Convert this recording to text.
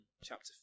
chapter